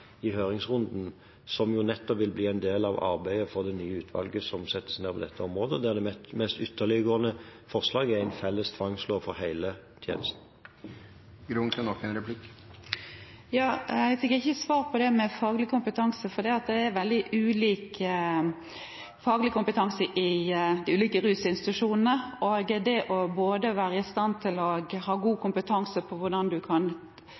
i høringsrunden som nettopp vil bli en del av arbeidet for det nye utvalget som settes ned på dette området, der det mest ytterliggående forslaget er en felles tvangslov for hele tjenesten. Jeg fikk ikke svar på dette med faglig kompetanse. Det er veldig ulik faglig kompetanse i de ulike rusinstitusjonene, og det å ha god kompetanse på hvordan du kan ta i bruk andre tiltak i forkant av at du er nødt til